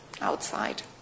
outside